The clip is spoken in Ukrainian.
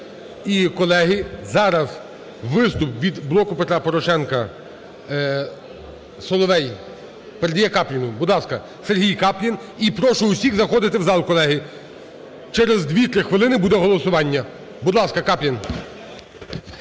І, колеги, зараз виступ від "Блоку Петра Порошенка". Соловей передає Капліну. Будь ласка, Сергій Каплін. І прошу всіх заходити в зал, колеги, через 2-3 хвилини буде голосування. Будь ласка, Каплін.